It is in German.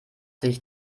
sich